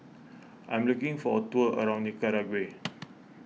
I'm looking for a tour around Nicaragua